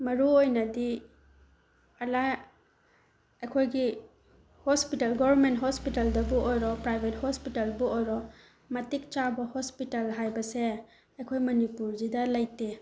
ꯃꯔꯨ ꯑꯣꯏꯅꯗꯤ ꯑꯩꯈꯣꯏꯒꯤ ꯍꯣꯁꯄꯤꯇꯥꯜ ꯒꯣꯕꯔꯃꯦꯟ ꯍꯣꯁꯄꯤꯇꯥꯜꯗꯕꯨ ꯑꯣꯏꯔꯣ ꯄ꯭ꯔꯥꯏꯚꯦꯠ ꯍꯣꯁꯄꯤꯇꯥꯜꯗꯕꯨ ꯑꯣꯏꯔꯣ ꯃꯇꯤꯛꯆꯥꯕ ꯍꯣꯁꯄꯤꯇꯥꯜ ꯍꯥꯏꯕꯁꯦ ꯑꯩꯈꯣꯏ ꯃꯅꯤꯄꯨꯔꯁꯤꯗ ꯂꯩꯇꯦ